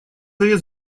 овец